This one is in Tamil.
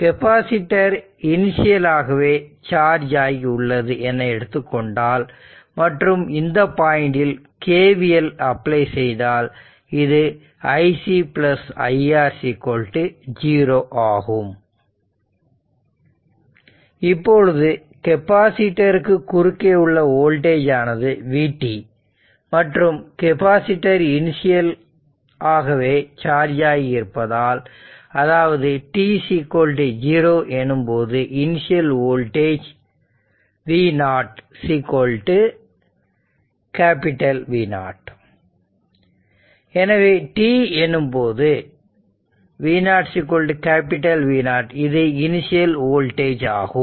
கெபாசிட்டர் இன்சியல் ஆகவே சார்ஜ் ஆகி உள்ளது என எடுத்துக் கொண்டால் மற்றும் இந்த பாயிண்டில் KVL அப்ளை செய்தால் இது iC iR 0 ஆகும் இப்பொழுது கெப்பாசிட்டர் இருக்கு குறுக்கே உள்ள வோல்டேஜ் ஆனது vt மற்றும் கெப்பாசிட்டர் இனிஷியல் ஆகவே சார்ஜ் ஆகி இருப்பதால் அதாவது t0 எனும்போது இனிஷியல் வோல்டேஜ் v0 V0 எனவே t 0 எனும்போது v0 V0 இது இனிசியல் வோல்டேஜ் ஆகும்